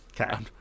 Okay